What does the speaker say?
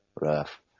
rough